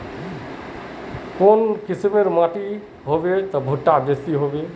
काई किसम माटी होले भुट्टा बेसी होबे?